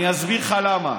אני אסביר לך למה.